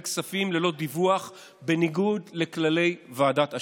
כספים ללא דיווח בניגוד לכללי ועדת אשר.